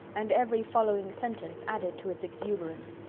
and every following sentence added to its exuberance.